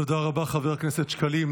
תודה רבה חבר הכנסת שקלים,